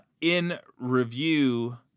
in-review